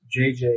jj